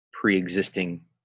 pre-existing